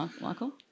Michael